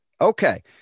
Okay